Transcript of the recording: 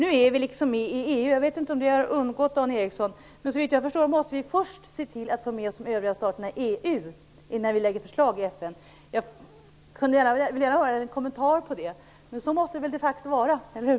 Vi är ju liksom med i EU, jag vet inte om det har undgått Dan Ericsson. Såvitt jag förstår måste vi se till att få med oss de övriga staterna i EU innan vi lägger förslag i FN. Jag skulle gärna vilja höra en kommentar till detta. Så måste det väl de facto vara, eller hur?